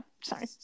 sorry